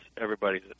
everybody's